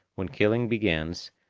when killing begins,